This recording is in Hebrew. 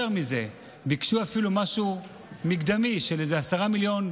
יותר מזה, ביקשו אפילו משהו מקדמי של 10 מיליון,